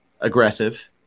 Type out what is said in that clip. aggressive